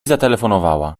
zatelefonowała